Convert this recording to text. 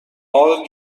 باغ